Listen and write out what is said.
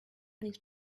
this